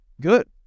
Good